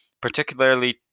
particularly